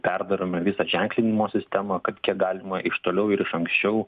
perdarome visą ženklinimo sistemą kad kiek galima iš toliau ir iš anksčiau